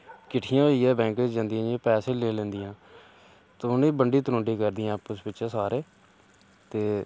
किट्ठियां होइयै बैंक च जंदियां ते पैसे लेई लैंदियां ते उ'ने ईं बंडी त्रुंडी करदियां आपस बिच सारे ते